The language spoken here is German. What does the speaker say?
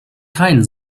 kein